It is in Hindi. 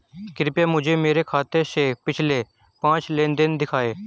कृपया मुझे मेरे खाते से पिछले पांच लेनदेन दिखाएं